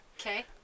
Okay